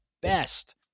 best